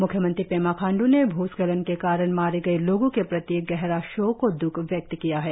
मुख्यमंत्री पेमा खांडू ने भूस्खलन के कारण मारे गए लोगों के प्रति गहरा शोक और द्रख व्यक्त किया है